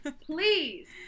please